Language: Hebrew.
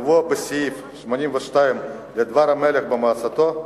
קבוע בסעיף 82 לדבר המלך במועצתו,